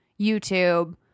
YouTube